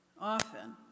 Often